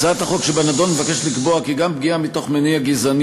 הצעת החוק שבנדון מבקשת לקבוע כי גם פגיעה מתוך מניע גזעני